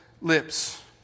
lips